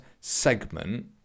segment